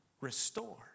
Restore